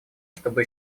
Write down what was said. чтобы